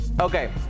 Okay